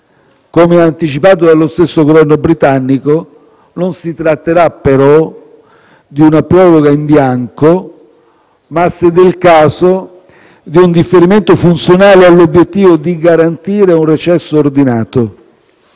Come anticipato dallo stesso Governo britannico, non si tratterà, però, di una proroga in bianco ma, se del caso, di un differimento funzionale all'obiettivo di garantire un recesso ordinato.